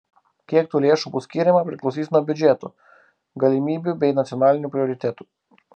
kiek tų lėšų bus skiriama priklausys nuo biudžeto galimybių bei nacionalinių prioritetų